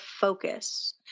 focus